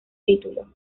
título